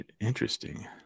Interesting